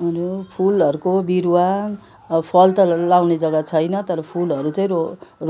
अरू फुलहरूको बिरुवा अब फल त लाउने जग्गा छैन तर फुलहरू चाहिँ रो